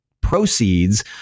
proceeds